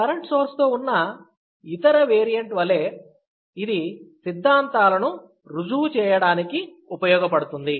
current సోర్స్తో ఉన్న ఇతర వేరియంట్ వలె ఇది సిద్ధాంతాలను రుజువు చేయడానికి ఉపయోగపడుతుంది